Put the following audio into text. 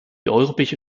europäische